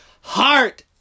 Heart